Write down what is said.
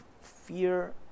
fear